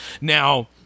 Now